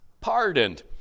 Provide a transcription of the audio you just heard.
pardoned